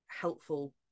helpful